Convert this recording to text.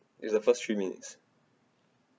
it's the first three minutes